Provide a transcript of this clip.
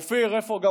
יצא, איפה אופיר?